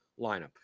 lineup